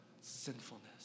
sinfulness